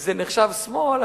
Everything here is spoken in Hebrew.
זה נחשב שמאל,